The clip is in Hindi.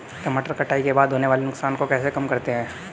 टमाटर कटाई के बाद होने वाले नुकसान को कैसे कम करते हैं?